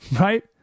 Right